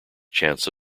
chance